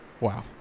wow